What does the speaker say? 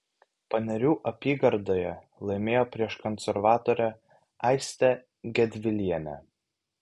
panerių apygardoje laimėjo prieš konservatorę aistę gedvilienę